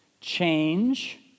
change